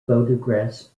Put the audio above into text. photographs